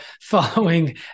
following